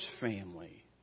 family